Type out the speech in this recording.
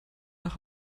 nach